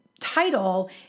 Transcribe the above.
title